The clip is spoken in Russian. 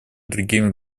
другими